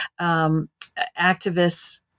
activists